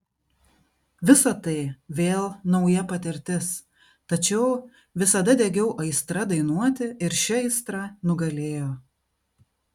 visa tai vėl nauja patirtis tačiau visada degiau aistra dainuoti ir ši aistra nugalėjo